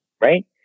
right